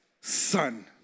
son